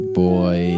boy